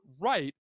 right